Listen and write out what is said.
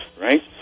right